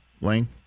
Lane